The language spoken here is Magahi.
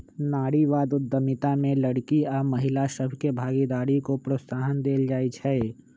नारीवाद उद्यमिता में लइरकि आऽ महिला सभके भागीदारी को प्रोत्साहन देल जाइ छइ